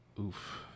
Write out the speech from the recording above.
Oof